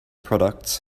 products